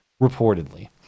reportedly